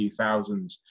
2000s